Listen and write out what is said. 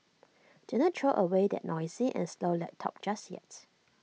do not throw away that noisy and slow laptop just yet